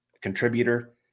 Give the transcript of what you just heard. contributor